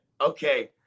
Okay